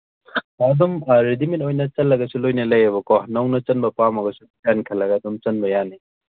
ꯑꯗꯨꯝ ꯔꯦꯗꯤꯃꯦꯠ ꯑꯣꯏꯅ ꯆꯜꯂꯒꯁꯨ ꯂꯣꯏꯅ ꯂꯩꯑꯕꯀꯣ ꯅꯧꯅ ꯆꯟꯕ ꯄꯥꯝꯃꯒꯁꯨ ꯗꯤꯖꯥꯏꯟ ꯈꯜꯂꯒ ꯑꯗꯨꯝ ꯆꯟꯕ ꯌꯥꯅꯤ